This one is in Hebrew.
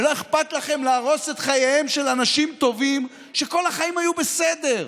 ולא אכפת לכם להרוס את חייהם של אנשים טובים שכל החיים היו בסדר.